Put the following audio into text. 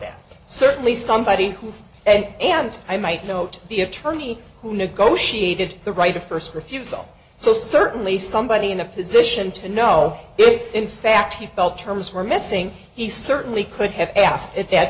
that certainly somebody and and i might note the attorney who negotiated the right of first refusal so certainly somebody in a position to know if in fact he felt terms were missing he certainly could have asked if that